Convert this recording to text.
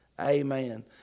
Amen